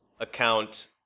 account